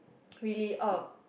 really er